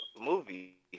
movie